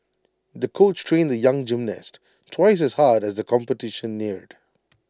the coach trained the young gymnast twice as hard as the competition neared